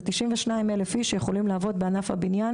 זה 92,000 אלף איש שיכולים לעבוד בענף הבניין,